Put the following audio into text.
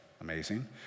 amazing